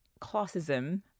classism